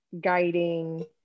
guiding